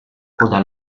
coda